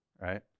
right